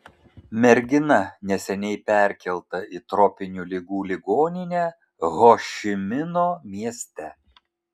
mergina neseniai perkelta į tropinių ligų ligoninę ho ši mino mieste